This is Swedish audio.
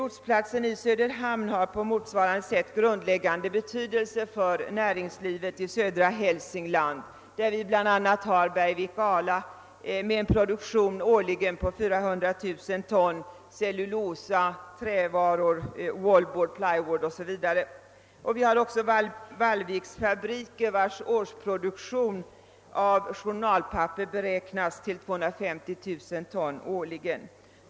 Lotsplatsen i Söderhamn har på motsvarande sätt grundläggande betydelse för näringslivet i södra Hälsingland. Där ligger Bergvik och Ala, med en årlig produktion av 400 000 ton cellulosa, trävaror, wallboard, plywood m.m., och Vallviks fabriker, vilkas årsproduktion av journalpapper beräknas till 250 000 ton.